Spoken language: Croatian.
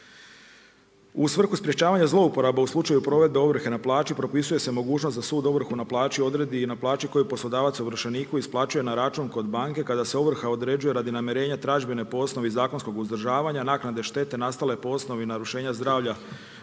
U svrhu sprječavanja zlouporabe u slučaju provedbe ovrhe na plaći, propisuje se mogućnost da sud ovrhu na plaću odredi i na plaći na kojoj poslodavac ovršeniku isplaćuje na račun kod banke, kada se ovrha određuje radi nemjerena tražbine po osnovi zakonskog uzdržavanja naknade štete nastale po osnovi narušenoj zdravlja